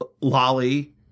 Lolly